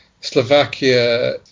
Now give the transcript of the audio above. Slovakia